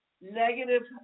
negative